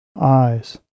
eyes